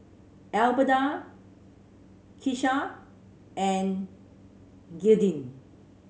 Albertha Kisha and Gearldine